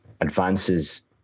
advances